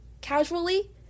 casually